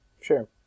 Sure